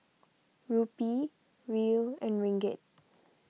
Rupee Riel and Ringgit